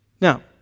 Now